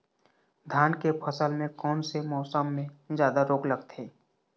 धान के फसल मे कोन से मौसम मे जादा रोग लगथे?